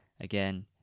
Again